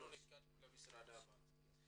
נתקדם למשרד הבא.